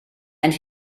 and